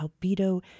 albedo